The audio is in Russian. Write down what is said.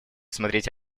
смотреть